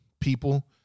people